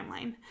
timeline